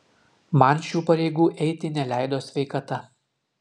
man šių pareigų eiti neleido sveikata